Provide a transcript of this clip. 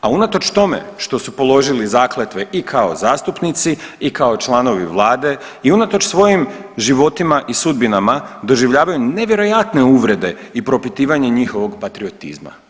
a unatoč tome što su položili i zakletve i kao zastupnici i kao članovi vlade i unatoč svojim životima i sudbinama doživljavaju nevjerojatne uvrede i propitivanje njihovog patriotizma,